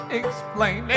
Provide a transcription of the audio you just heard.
explain